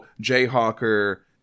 jayhawker